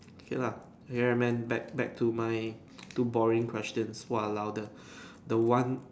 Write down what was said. okay lor ya man back back to my two boring questions walao the the one